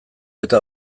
eta